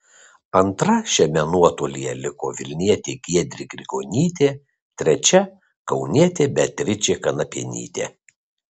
antra šiame nuotolyje liko vilnietė giedrė grigonytė trečia kaunietė beatričė kanapienytė